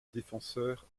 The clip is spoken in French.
défenseur